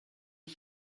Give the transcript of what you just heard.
ich